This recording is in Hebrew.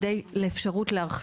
לדבר על האפשרות להרחיב את זה.